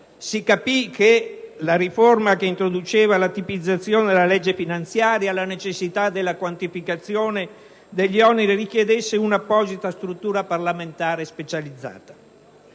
si capì che la riforma che introduceva la tipizzazione della legge finanziaria e la necessità della quantificazione degli oneri richiedeva un'apposita struttura parlamentare specializzata.